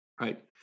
right